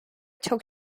çok